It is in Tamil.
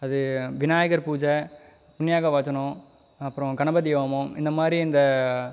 அது விநாயகர் பூஜை விநாயக பாச்சனம் அப்பறம் கணபதி ஹோமம் இந்தமாதிரி இந்த